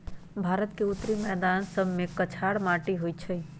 भारत के उत्तरी मैदान सभमें कछार माटि होइ छइ